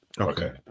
Okay